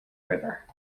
river